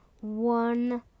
one